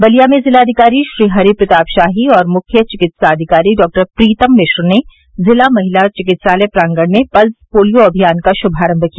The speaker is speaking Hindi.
बलिया में जिलाधिकारी श्रीहरि प्रताप शाही और मुख्य चिकित्साधिकारी डॉक्टर प्रीतम मिश्र ने जिला महिला चिकित्सालय प्रांगण में पल्स पोलियो अभियान का शुभारम्भ किया